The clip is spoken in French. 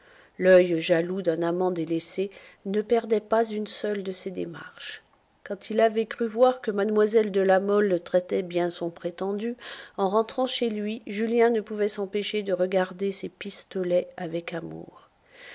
l'oeil jaloux d'un amant délaissé ne perdait pas une seule de ses démarches quand il avait cru voir que mlle de la mole traitait bien son prétendu en rentrant chez lui julien ne pouvait s'empêcher de regarder ses pistolets avec amour